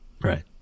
right